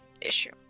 issue